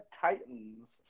Titans